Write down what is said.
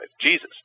Jesus